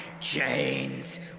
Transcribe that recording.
chains